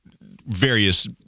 Various